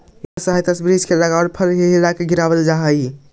इकरा सहायता से वृक्ष में लगल फल के हिलाके गिरावाल जा हई